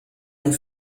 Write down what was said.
der